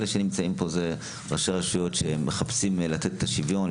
אלה שנמצאים פה זה ראשי רשויות שמחפשים לתת את השוויון,